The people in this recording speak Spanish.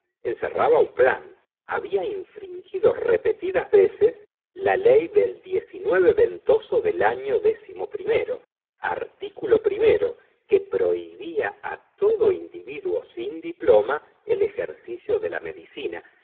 encerraba un plan habla infringido repetidas veces la ley del ventoso del año xi artículo primero que prohibía todo individuo sin diploma el ejercicio de la medicina